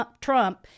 Trump